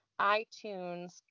iTunes